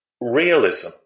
realism